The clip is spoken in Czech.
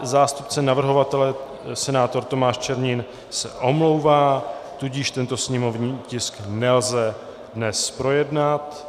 Zástupce navrhovatele senátor Tomáš Czernin se ale omlouvá, tudíž tento sněmovní tisk nelze dnes projednat.